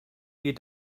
you